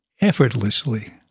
effortlessly